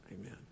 amen